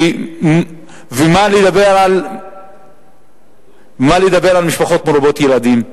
ומה נדבר על משפחות מרובות ילדים?